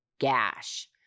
gash